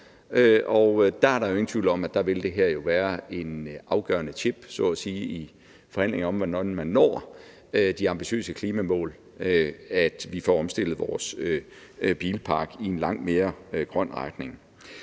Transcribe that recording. Der er jo ingen tvivl om, at det her vil være en afgørende chip så at sige i forhandlingerne om, hvordan man når de ambitiøse klimamål, at vi får omstillet vores bilpark i en langt mere grøn retning.